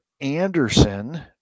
Anderson